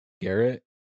Garrett